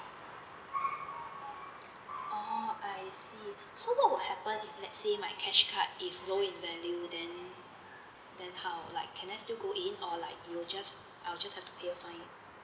oh I see so what would happen if let's say my cash card is low in value then then how like can I still go in or like you will just I'll just have to pay fine